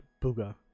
Booga